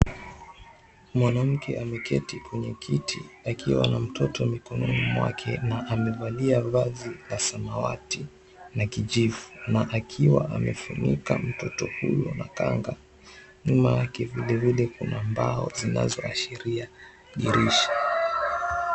Mwanamke ameketi kwenye kiti akiwa na mtoto mikononi mwake na amevalia vazi la samawati na kijivu na akiwa amefunika mtoto huyo na kanga, nyuma yake vile vile kuna mbao zinazoashiria dirisha.